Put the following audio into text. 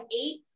eight